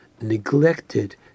neglected